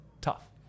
tough